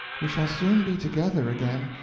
we shall soon be together again.